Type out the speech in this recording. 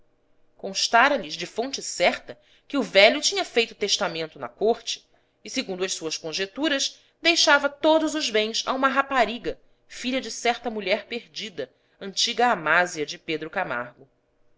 reunia constara lhes de fonte certa que o velho tinha feito testamento na corte e segundo as suas conjeturas deixava todos os bens a uma rapariga filha de certa mulher perdida antiga amásia de pedro camargo